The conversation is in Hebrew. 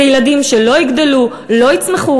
אלה ילדים שלא יגדלו, לא יצמחו.